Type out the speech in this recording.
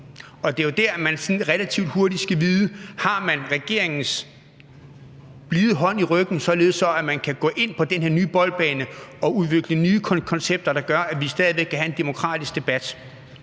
og det er jo der, hvor man sådan relativt hurtigt skal vide, om man har regeringens blide hånd i ryggen, således at man kan gå ind på den her nye boldbane og udvikle nye koncepter, der gør, at vi stadig væk kan have en demokratisk debat.